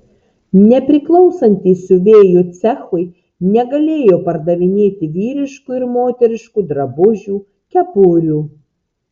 nepriklausantys siuvėjų cechui negalėjo pardavinėti vyriškų ir moteriškų drabužių kepurių